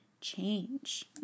change